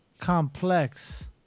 complex